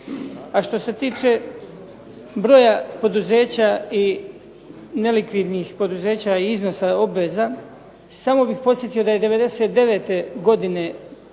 A što se tiče broja poduzeća i nelikvidnih poduzeća i iznosa obveza samo bih podsjetio da je 99. godine prije